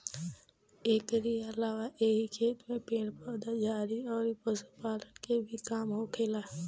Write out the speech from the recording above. एकरी अलावा एही खेत में पेड़ पौधा, झाड़ी अउरी पशुपालन के भी काम होखेला